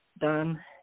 done